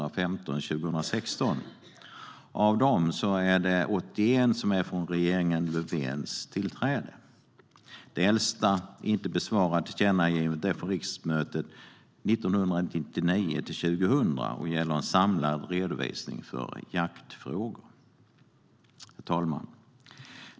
Av dem är 81 från tiden efter det att regeringen Löfven tillträdde. Det äldsta icke-besvarade tillkännagivandet är från riksmötet 1999/2000 och gäller en samlad redovisning av jaktfrågor. Herr talman!